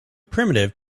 primitive